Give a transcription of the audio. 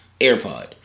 AirPod